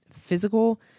physical